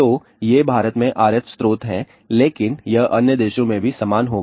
तो ये भारत में RF स्रोत हैं लेकिन यह अन्य देशों में भी समान होगा